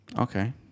Okay